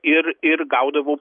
ir ir gaudavo